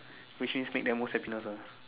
which means make them most happiness ah